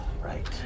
right